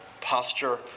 posture